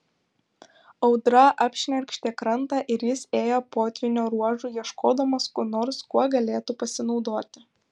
audra apšnerkštė krantą ir jis ėjo potvynio ruožu ieškodamas ko nors kuo galėtų pasinaudoti